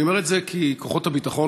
אני אומר את זה כי כוחות הביטחון,